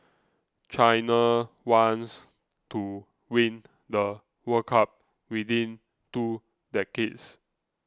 china wants to win the World Cup within two decades